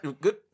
good